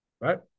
Right